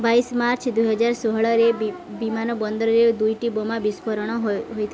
ବାଇଶି ମାର୍ଚ୍ଚ ଦୁଇହଜାର ଷୋହଳରେ ବିମାନବନ୍ଦରରେ ଦୁଇଟି ବୋମା ବିସ୍ଫୋରଣ ହୋଇଥିଲା